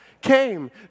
came